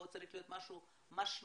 פה צריך להיות משהו משמעותי,